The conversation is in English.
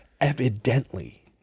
Evidently